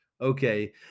okay